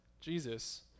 Jesus